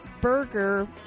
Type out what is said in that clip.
burger